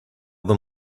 them